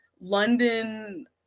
London